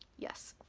yes,